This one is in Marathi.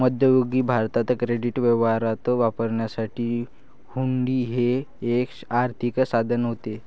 मध्ययुगीन भारतात क्रेडिट व्यवहारात वापरण्यासाठी हुंडी हे एक आर्थिक साधन होते